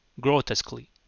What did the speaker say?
grotesquely